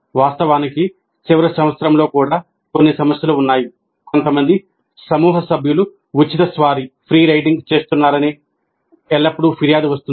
వాస్తవానికి చివరి సంవత్సరంలో కూడా కొన్ని సమస్యలు ఉన్నాయి కొంతమంది సమూహ సభ్యులు ఉచిత స్వారీ చేస్తున్నారని ఎల్లప్పుడూ ఫిర్యాదు వస్తుంది